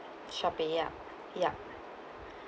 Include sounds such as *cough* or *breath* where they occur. Shopee ya ya *breath*